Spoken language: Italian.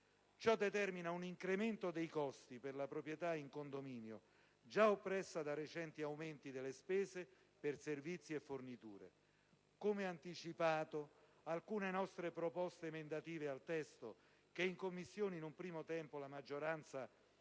Ciò determina un incremento dei costi per la proprietà in condominio, già oppressa da recenti aumenti delle spese per servizi e forniture. Come anticipato, alcune nostre proposte emendative al testo, che in Commissione in un primo tempo la maggioranza